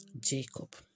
Jacob